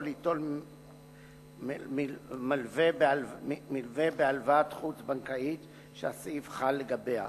ליטול מלווה בהלוואה חוץ-בנקאית שהסעיף חל לגביה.